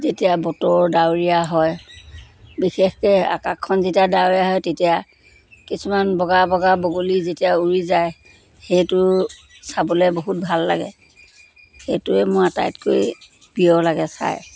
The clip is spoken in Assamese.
যেতিয়া বতৰ ডাৱৰীয়া হয় বিশেষকে আকাশখন যেতিয়া ডাৱৰীয়া হয় তেতিয়া কিছুমান বগা বগা বগলী যেতিয়া উৰি যায় সেইটো চাবলে বহুত ভাল লাগে সেইটোৱে মোৰ আটাইতকৈ প্ৰিয় লাগে চাই